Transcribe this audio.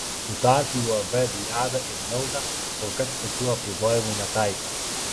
tuo tarpu uab viada ir milda kol kas tokių apribojimų netaiko